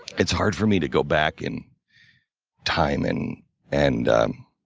it's hard for me to go back in time and and